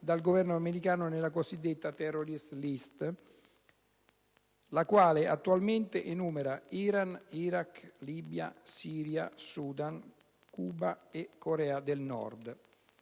dal Governo americano nella cosiddetta *terrorist list*, la quale attualmente enumera Iran, Iraq, Libia, Siria, Sudan, Cuba e Corea del Nord.